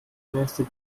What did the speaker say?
nächste